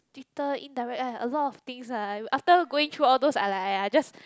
Twitter indirect ah a lot of things ah after going through all those I like !aiya! just